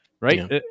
right